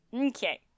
okay